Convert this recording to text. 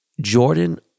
Jordan